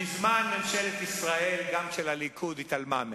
מזמן ממשלת ישראל, גם של הליכוד, התעלמה מהן.